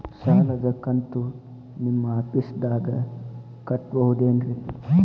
ಸಾಲದ ಕಂತು ನಿಮ್ಮ ಆಫೇಸ್ದಾಗ ಕಟ್ಟಬಹುದೇನ್ರಿ?